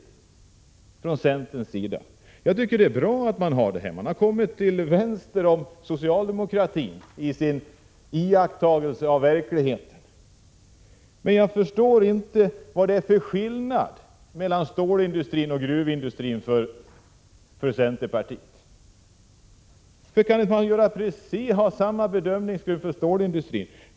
Jag tycker att det är bra att man intar den ståndpunkt som man gör när det gäller stålindustrin; man har där kommit till vänster om socialdemokratin i sin bedömning av verkligheten. Men jag förstår inte vad centerpartiet anser att det är för skillnad mellan stålindustrin och gruvindustrin.